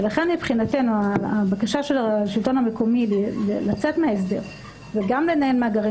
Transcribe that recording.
לכן הבקשה של השלטון המקומי לצאת מההסדר וגם לנהל מאגרים